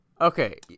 okay